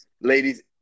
ladies